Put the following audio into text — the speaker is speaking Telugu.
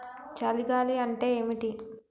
చలి గాలి అంటే ఏమిటి?